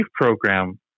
program